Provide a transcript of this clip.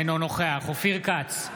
אינו נוכח אופיר כץ,